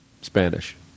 Spanish